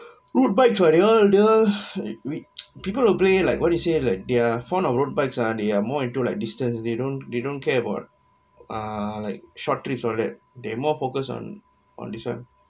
road bike what they all they all people play like what do you say that their fond of road bikes on they are more into like distance they don't they don't care about ah like short trips all that they're more focus on on this [one]